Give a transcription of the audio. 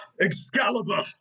Excalibur